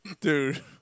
Dude